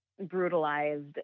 brutalized